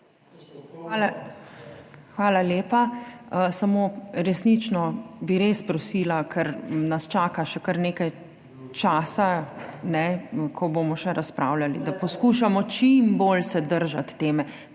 Hvala lepa. Resnično bi prosila, ker nas čaka še kar nekaj časa, ko bomo še razpravljali, da se poskušamo čim bolj držati teme,